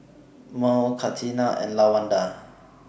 Mearl Catina and Lawanda